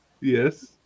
Yes